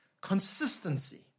consistency